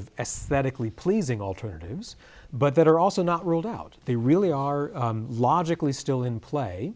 of aesthetically pleasing alternatives but that are also not ruled out they really are logically still in play